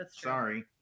sorry